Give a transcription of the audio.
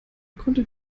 konnte